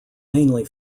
mainly